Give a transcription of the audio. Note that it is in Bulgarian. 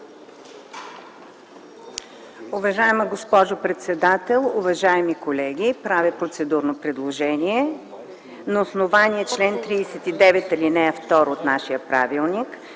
Уважаема госпожо председател, уважаеми колеги! Правя процедурно предложение на основание чл. 39, ал. 2 от нашия правилник.